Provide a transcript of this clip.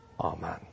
Amen